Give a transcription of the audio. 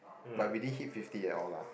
but we didn't hit fifty at all lah